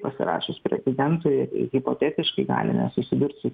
pasirašius prezidentui hipotetiškai galime susidurt su